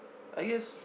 I guess